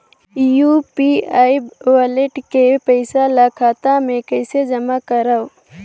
UPI wallet के पईसा ल खाता मे कइसे जमा करव?